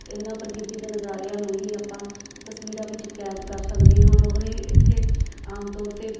ਇਹਨਾਂ ਪ੍ਰਕਿਰਤੀ ਦੇ ਨਜ਼ਾਰਿਆਂ ਨੂੰ ਹੀ ਆਪਾਂ ਤਸਵੀਰਾਂ ਵਿੱਚ ਕੈਦ ਕਰ ਸਕਦੇ ਹਾਂ ਔਰ ਔਰ ਇੱਥੇ ਆਮ ਤੌਰ 'ਤੇ